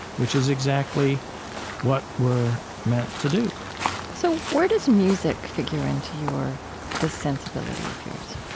which is exactly what we're meant to do so where does music figure in to your this sensibility of yours?